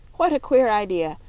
what a queer idea!